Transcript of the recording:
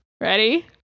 Ready